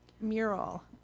mural